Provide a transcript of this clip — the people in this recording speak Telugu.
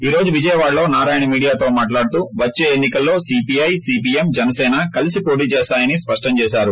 ఈరోజు విజయవాడలో నారాయణ మీడియాతో మాట్లాడుతూ వచ్చే ఎన్ని కల్లో సీపీఐ సీపీఎం జనసీన కలిసి పోటీ చేస్తాయని స్పష్టం చేశారు